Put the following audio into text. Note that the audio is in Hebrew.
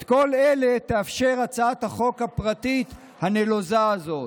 את כל אלה תאפשר הצעת החוק הפרטית הנלוזה הזאת.